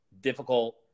difficult